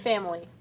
Family